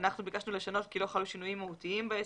אנחנו ביקשנו לשנות ולומר "כי לא חלו שינויים מהותיים בעסק".